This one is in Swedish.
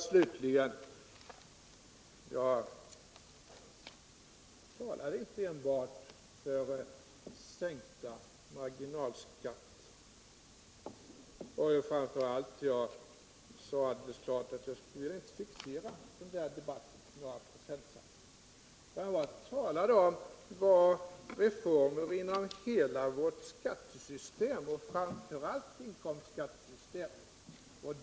Slutligen: jag talar inte enbart för sänkta marginalskatter. Framför allt uttryckte jag alldeles klart att jag inte vill fixera debatten till några procentsatser. Jag talade om reformer inom hela vårt skattesystem, framför allt inom inkomstskattesystemet.